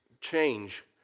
change